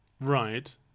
Right